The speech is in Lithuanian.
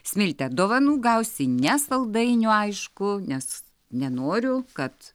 smilte dovanų gausi ne saldainių aišku nes nenoriu kad